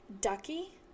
Ducky